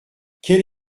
quelle